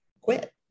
quit